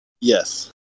Yes